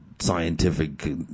scientific